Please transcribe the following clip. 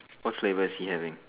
what's flavour is he having